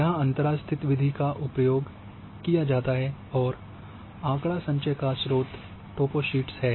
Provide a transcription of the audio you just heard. यहाँ अंतरास्थित विधि का प्रयोग किया जाता और आँकड़ासंचय का स्रोत टोपोशीट्स है